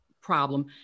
problem